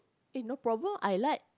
eh no problem I like